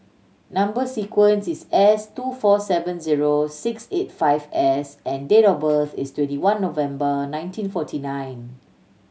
number sequence is S two four seven zero six eight five S and date of birth is twenty one November nineteen forty nine